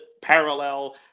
parallel